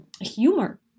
humor